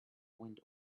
wind